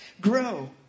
grow